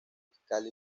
fiscal